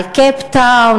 על קייפטאון,